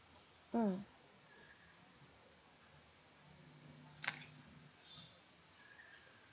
mm